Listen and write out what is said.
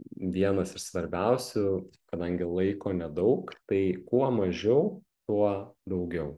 vienas iš svarbiausių kadangi laiko nedaug tai kuo mažiau tuo daugiau